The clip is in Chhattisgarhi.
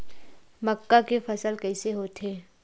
मक्का के फसल कइसे होथे?